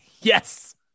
Yes